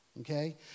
okay